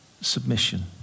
submission